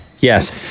Yes